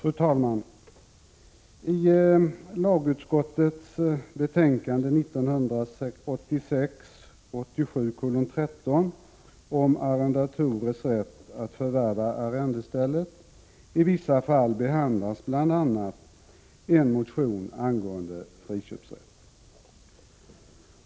Fru talman! I lagutskottets betänkande 1986/87:13 om arrendatorers rätt att förvärva arrendestället i vissa fall behandlas bl.a. en motion angående friköpsrätt.